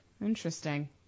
Interesting